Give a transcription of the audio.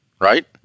Right